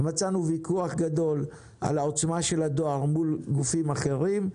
מצאנו ויכוח גדול על העוצמה של הדואר מול גופים אחרים.